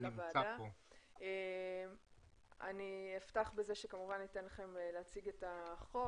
כמובן ניתן לכם להציג את החוק.